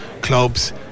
clubs